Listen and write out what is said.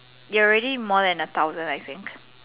you already more than a thousand I think